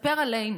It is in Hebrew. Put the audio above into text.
לספר עלינו,